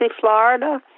Florida